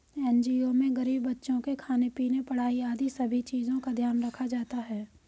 NGO में गरीब बच्चों के खाने पीने, पढ़ाई आदि सभी चीजों का ध्यान रखा जाता है